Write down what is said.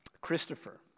Christopher